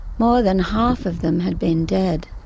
more than half of them had been dead.